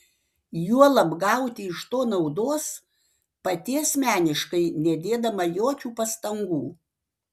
juolab gauti iš to naudos pati asmeniškai nedėdama jokių pastangų